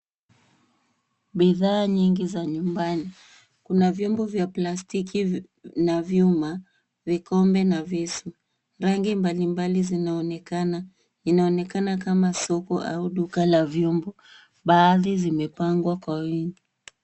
Bidhaa nyingi za nyumbani. Kuna vyombo vya plastiki na vyuma, vikombe na visu. Rangi mbalimbali zinaonekana. Inaonekana kama soko au duka la vyombo. Baadhi zimepangwa kwa wingi.